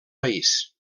país